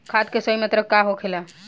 खाद्य के सही मात्रा केतना होखेला?